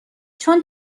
چون